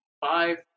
Five